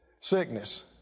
Sickness